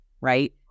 right